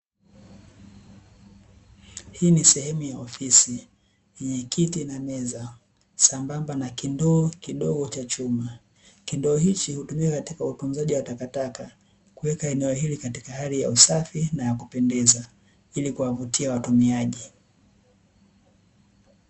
Hii ni sehemu ya ofisi yenye kiti na meza sambamba na kindoo kidogo cha chuma. Kindoo hichi hutumika katika utunzaji wa takataka, kuweka eneo hili katika hali ya usafi na ya kupendeza, ili kuwavutia watumiaji.